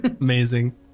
Amazing